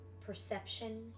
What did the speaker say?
perception